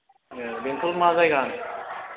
ए बेंटल मा जायगा